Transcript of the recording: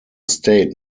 state